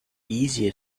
easier